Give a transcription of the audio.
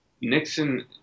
Nixon –